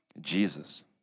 Jesus